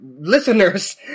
listeners